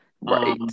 Right